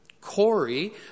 Corey